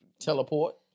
Teleport